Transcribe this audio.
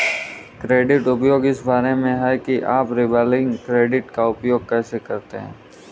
credit उपयोग इस बारे में है कि आप रिवॉल्विंग क्रेडिट का उपयोग कैसे कर रहे हैं